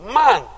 man